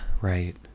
right